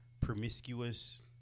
promiscuous